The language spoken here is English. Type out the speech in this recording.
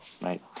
Right